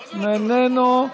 איננו,